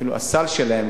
הסל שלהן,